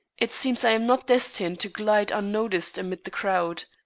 it seems i am not destined to glide unnoticed amid the crowd.